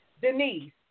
Denise